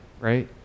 Right